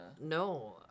No